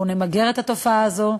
אנחנו נמגר את התופעה הזו,